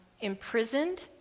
imprisoned